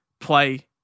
play